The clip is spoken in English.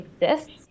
exists